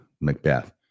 Macbeth